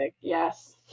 yes